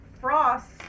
Frost